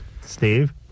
Steve